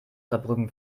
saarbrücken